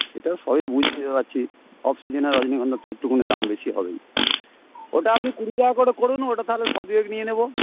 সেটা সবই বুঝতে পারছি অফ সিজনের রজনীগন্ধার তো একটুখানি দাম বেশি হবেই ওটা আপনি কুড়ি টাকা করে করুন ওটা তাহলে শ দুয়েক নিয়ে নেব